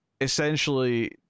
essentially